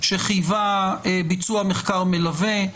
שחייבה ביצוע מחקר מלווה.